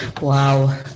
wow